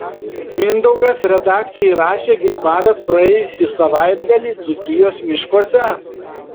mindaugas redakcijai rašė grybavęs praėjusį savaitgalį dzūkijos miškuose